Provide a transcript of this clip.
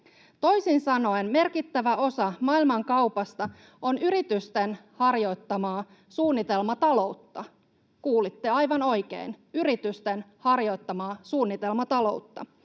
Toisin sanoen merkittävä osa maailmankaupasta on yritysten harjoittamaa suunnitelmataloutta — kuulitte aivan oikein: yritysten harjoittamaa suunnitelmataloutta.